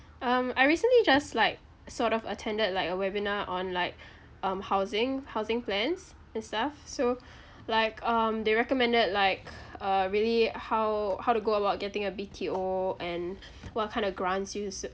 um I recently just like sort of attended like a webinar on like um housing housing plans and stuff so like um they recommended like uh really how how to go about getting a B_T_O and what kind of grants yous